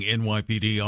nypd